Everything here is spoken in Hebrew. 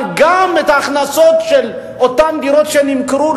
אבל גם את ההכנסות של אותן דירות שנמכרו,